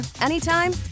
anytime